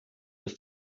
ist